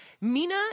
Mina